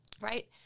Right